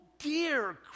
dear